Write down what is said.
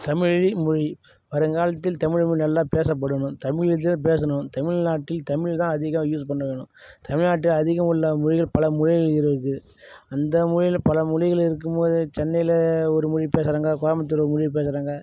தமிழின் மொழி வருங்காலத்தில் தமிழ் மொழி நல்லா பேசப்படணும் தமிழில் தான் பேசணும் தமிழ் நாட்டில் தமிழ் தான் அதிகம் யூஸ் பண்ணணும் தமிழ் நாட்டில் அதிகம் உள்ள மொழிகள் பல மொழிகள் இருக்குது அந்த மொழியில் பல மொழிகள் இருக்கும்போது சென்னையில் ஒரு மொழி பேசறாங்க கோயம்புத்தூரில் ஒரு மொழி பேசறாங்க